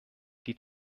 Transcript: die